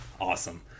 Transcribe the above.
Awesome